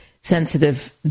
sensitive